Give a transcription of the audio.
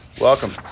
Welcome